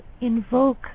invoke